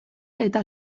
eta